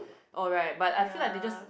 oh right but I feel like they just